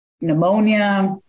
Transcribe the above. pneumonia